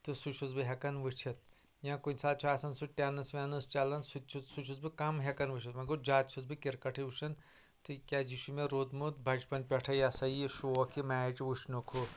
تہٕ سہُ چھُس بہٕ ہیٚکان وُچھتھ یا کُنہٕ ساتہٕ چھِ آسان سہُ ٹینس وینس چلان سہُ تہِ چھُس سہُ چھُس بہٕ کم ہیٚکان وُچھتھ وگوٚو زیادٕ چھُس بہٕ کِرکٹٕۍ وُچھان تِکیازِ یہِ چھُ مےٚ رودمُت بچپَن پیٚٹھٔے یہ ہسا یہِ شوٗق یہِ میچ وُچھنُک ہہُ